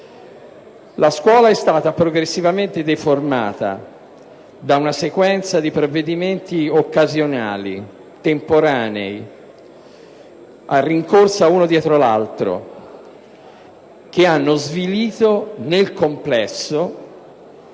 La scuola è stata progressivamente deformata da una sequenza di provvedimenti occasionali, temporanei, che si rincorrevano uno dopo l'altro, che hanno svilito nel complesso